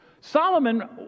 Solomon